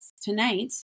Tonight